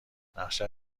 نقشت